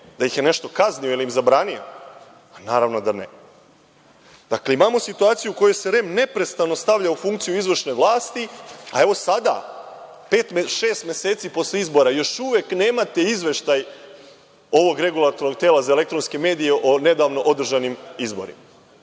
da ih je nešto kaznio, da im je zabranio. Naravno, da ne. Dakle, imamo situaciju u kojoj se REM neposredno stavlja u funkciju izvršne vlasti, a evo sada šest meseci posle izbora, još uvek nemate izveštaj ovog regulatornog tela za elektronske medije o nedavno održanim izborima.